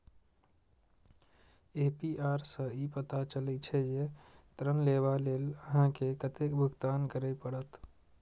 APR सं ई पता चलै छै, जे ऋण लेबा लेल अहां के कतेक भुगतान करय पड़त